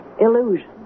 Illusion